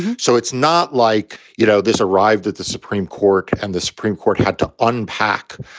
so it's not like, you know, this arrived at the supreme court and the supreme court had to unpack,